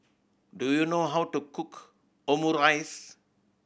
do you know how to cook Omurice